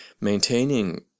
maintaining